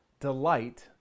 delight